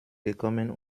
gekommen